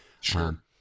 Sure